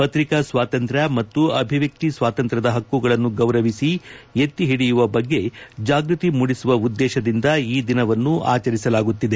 ಪತ್ರಿಕಾ ಸ್ವಾತಂತ್ರ್ಯ ಮತ್ತು ಅಭಿವ್ಯಕ್ತಿ ಸ್ವಾತಂತ್ರ್ಯದ ಪಕ್ಕುಗಳನ್ನು ಗೌರವಿಸಿ ಎತ್ತಿ ಓಡಿಯುವ ಬಗ್ಗೆ ಜಾಗೃತಿ ಮೂಡಿಸುವ ಉದ್ದೇಶದಿಂದ ಈ ದಿನವನ್ನು ಆಚರಿಸಲಾಗುತ್ತಿದೆ